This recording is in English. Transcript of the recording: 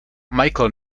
michael